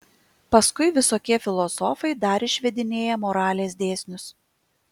paskui visokie filosofai dar išvedinėja moralės dėsnius